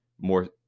more